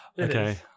Okay